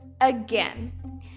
Again